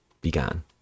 began